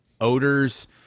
odors